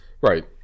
Right